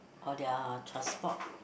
or their transport